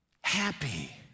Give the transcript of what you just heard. happy